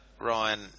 Ryan